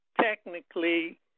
technically